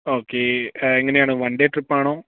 okay എങ്ങനെയാണ് one day ട്രിപ്പാണോ